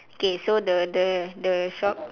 okay so the the the shop